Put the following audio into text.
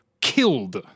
killed